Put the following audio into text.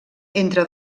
entre